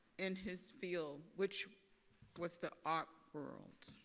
in his field, which was the art world.